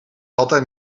altijd